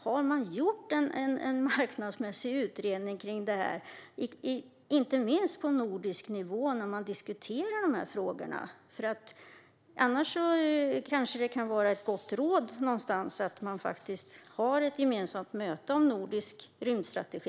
Har man gjort en marknadsmässig utredning, inte minst på nordisk nivå, när man diskuterar de här frågorna? Annars kanske det kan vara ett gott råd att faktiskt ha ett gemensamt möte om nordisk rymdstrategi.